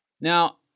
Now